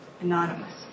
anonymous